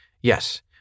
Yes